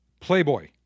Playboy